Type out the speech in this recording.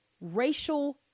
racial